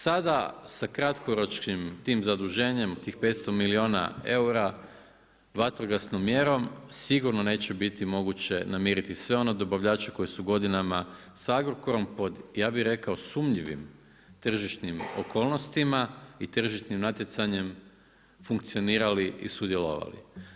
Sada sa kratkoročnim tim zaduženjem, tih 500 milijuna eura vatrogasnom mjerom sigurno neće biti moguće namiriti sve one dobavljače koji su godinama sa Agrokorom, pod ja bih rekao sumnjivim tržišnim okolnostima i tržišnim natjecanjem funkcionirali i sudjelovali.